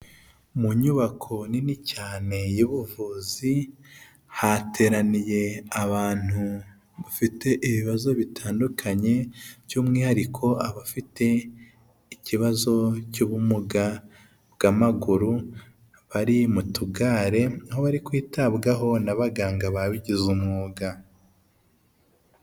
Mu nyubako nini cyane y'ubuvuzi, hateraniye abantu bafite ibibazo bitandukanye by'umwihariko abafite ikibazo cy'ubumuga bw'amaguru bari mu tugare aho bari kwitabwaho n'abaganga babigize umwuga.